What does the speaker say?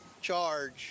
charge